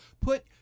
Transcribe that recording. put